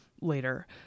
Later